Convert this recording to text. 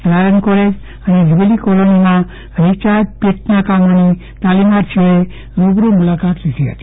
લાલન college અને GEB કોલોનીમાં recharge પીટના કામોની તાલીમાર્થીઓએ રૂબરૂ મુલાકાત લીધી હતી